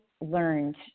learned